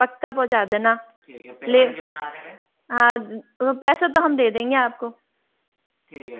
पक्का पहुँचा देना हाँ पैसे तो हम दे देंगे आपको